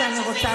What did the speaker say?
תנו לשרה לדבר.